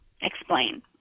Explain